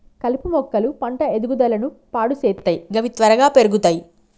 కలుపు మొక్కలు పంట ఎదుగుదలను పాడు సేత్తయ్ గవి త్వరగా పెర్గుతయ్